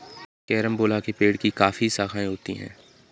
carambola के पेड़ की काफी शाखाएं होती है